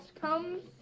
comes